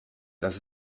das